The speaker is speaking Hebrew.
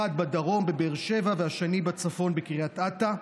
אחד בדרום, בבאר שבע, והשני בצפון, בקריית אתא.